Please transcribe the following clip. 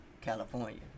California